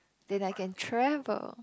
then I can travel